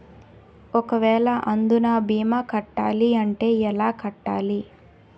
ఒక వేల అందునా భీమా కట్టాలి అంటే ఎలా కట్టాలి?